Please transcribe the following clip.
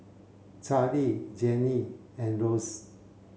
Charlie Jeanie and Lorenz